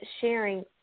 sharing